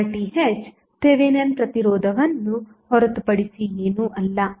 RTh Thevenin ಪ್ರತಿರೋಧವನ್ನು ಹೊರತುಪಡಿಸಿ ಏನೂ ಅಲ್ಲ